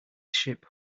ship